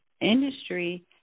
industry